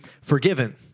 forgiven